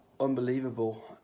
unbelievable